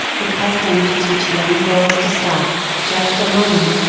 the custom to teach young girls to stop, just a moment,